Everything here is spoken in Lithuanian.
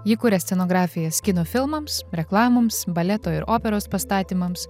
ji kuria scenografijas kino filmams reklamoms baleto ir operos pastatymams